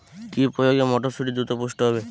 কি প্রয়োগে মটরসুটি দ্রুত পুষ্ট হবে?